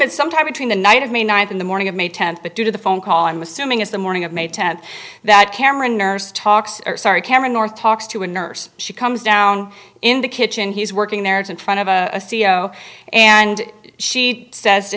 that sometime between the night of may ninth in the morning of may tenth but due to the phone call i'm assuming it's the morning of may tenth that cameron nurse talks sorry karen north talks to a nurse she comes down in the kitchen he's working there it's in front of a c e o and she says to